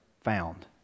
found